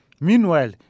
Meanwhile